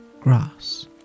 grass